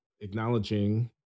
acknowledging